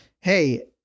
hey